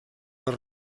les